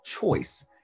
choice